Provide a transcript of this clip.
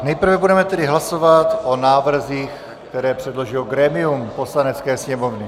Nejprve budeme tedy hlasovat o návrzích, které předložilo grémium Poslanecké sněmovny.